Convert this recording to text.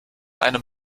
einem